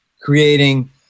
creating